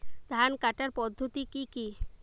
ধান কাটার পদ্ধতি কি কি?